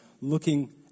looking